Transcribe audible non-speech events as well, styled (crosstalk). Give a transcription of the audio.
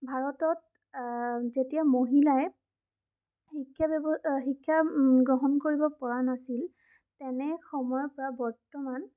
ভাৰতত যেতিয়া মহিলাই শিক্ষা (unintelligible) শিক্ষা গ্ৰহণ কৰিব পৰা নাছিল তেনে সময়ৰ পৰা বৰ্তমান